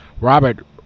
Robert